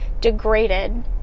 degraded